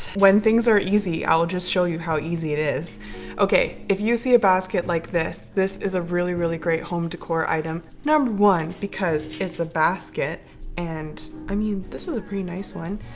when things are easy, i'll just show you how easy it is okay, if you see a basket like this this is a really really great home decor item, number one, because it's a basket and i mean this is a pretty nice one.